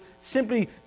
simply